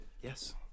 Yes